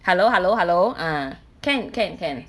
hello hello hello ah can can can